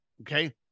Okay